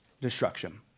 Destruction